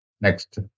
Next